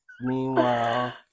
Meanwhile